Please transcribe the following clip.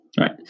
Right